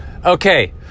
Okay